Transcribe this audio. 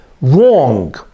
Wrong